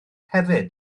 hefyd